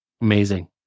Amazing